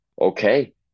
okay